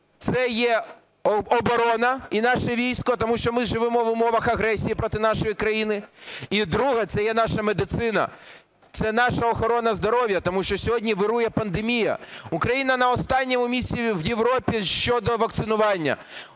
це є оборона і наше військо, тому що ми живемо в умовах агресії проти нашої країни. І друге – це є наша медицина, це наша охорона здоров'я, тому що сьогодні вирує пандемія. Україна на останньому місці в Європі щодо вакцинування,